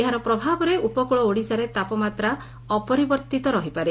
ଏହାର ପ୍ରଭାବରେ ଉପକୂଳ ଓଡ଼ିଶାରେ ତାପମାତ୍ରା ଅପରିବର୍ଭିତ ରହିପାରେ